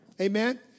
Amen